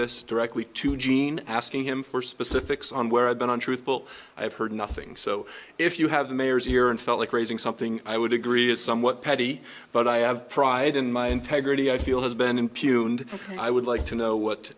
this directly to jean asking him for specifics on where i've been untruthful i've heard nothing so if you have the mayor's here and felt like raising something i would agree is somewhat petty but i have pride in my integrity i feel has been impugned and i would like to know what